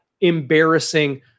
embarrassing